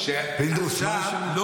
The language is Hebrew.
פינדרוס, מה